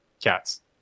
cats